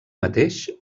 mateix